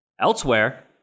Elsewhere